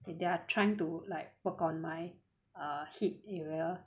and they are trying to like work on my err hip area